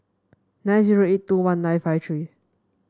nine zero eight two one nine five three